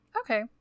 okay